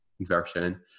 version